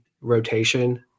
rotation